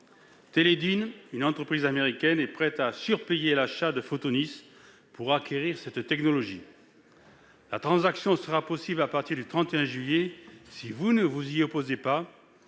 Teledyne, une entreprise américaine, est prête à surpayer l'achat de Photonis pour acquérir sa technologie. La transaction sera possible à partir du 31 juillet si vous ne vous y opposez pas